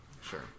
Sure